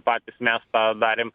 patys mes tą darėm